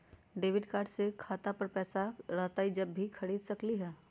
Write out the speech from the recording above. Debit card से खाता पर पैसा रहतई जब ही खरीद सकली ह?